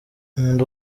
nkunda